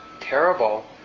terrible